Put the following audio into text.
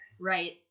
Right